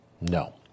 No